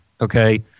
okay